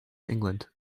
england